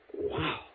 Wow